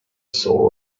soul